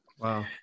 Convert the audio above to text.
Wow